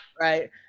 right